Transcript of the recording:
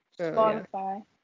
Spotify